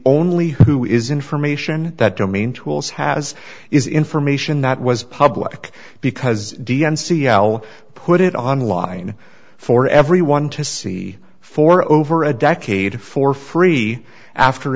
only who is information that domain tools has is information that was public because d n c i'll put it online for everyone to see for over a decade for free after